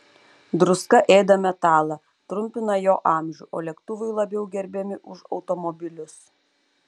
druska ėda metalą trumpina jo amžių o lėktuvai labiau gerbiami už automobilius